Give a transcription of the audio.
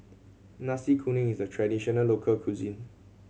Nasi Kuning is a traditional local cuisine